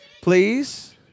please